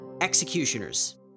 Executioners